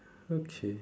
okay